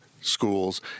schools